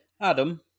Adam